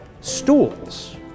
Stools